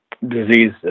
disease